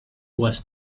was